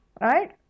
Right